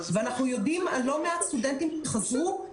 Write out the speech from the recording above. ואנחנו יודעים על לא מעט סטודנטים שחזרו.